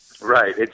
Right